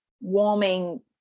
warming